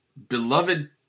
beloved